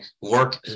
work